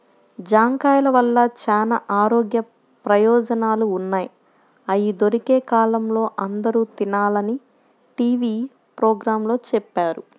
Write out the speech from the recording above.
జాంకాయల వల్ల చానా ఆరోగ్య ప్రయోజనాలు ఉన్నయ్, అయ్యి దొరికే కాలంలో అందరూ తినాలని టీవీ పోగ్రాంలో చెప్పారు